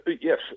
Yes